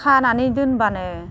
खानानै दोनबानो